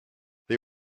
they